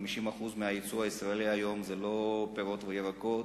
50% מהיצוא הישראלי היום זה לא פירות וירקות,